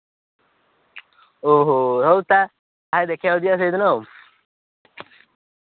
ଓହୋ ହଉ ତା'ହେଲେ ଦେଖିବାକୁ ଯିବା ସେଇଦିନ ଆଉ